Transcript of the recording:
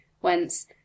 whence